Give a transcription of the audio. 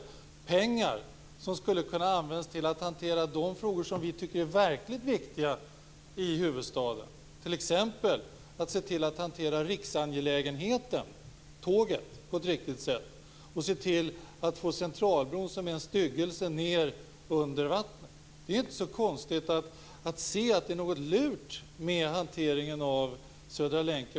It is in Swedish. Det är pengar som skulle kunna användas till att hantera de frågor som vi tycker är verkligt viktiga i huvudstaden, t.ex. att se till att hantera riksangelägenheten, tåget, på ett riktigt sätt, att se till att få Centralbron, som är en styggelse, ned under vattnet. Det är inte så svårt att se att det är något lurt med hanteringen av Södra länken.